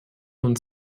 und